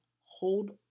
hold